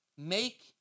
Make